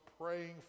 praying